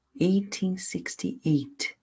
1868